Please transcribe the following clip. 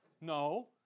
No